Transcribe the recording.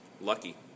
lucky